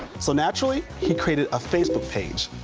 so naturally he created a facebook page.